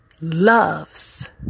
loves